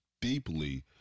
deeply